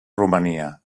romania